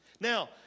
Now